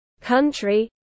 country